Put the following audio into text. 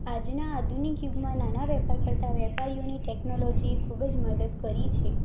આજનાં આધુનિક યુગમાં નાના વેપાર કરતા વેપારીઓની ટેકનોલોજીએ ખૂબ જ મદદ કરી છે